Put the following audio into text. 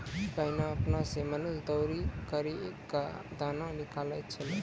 पहिने आपने सें मनुष्य दौरी करि क दाना निकालै छलै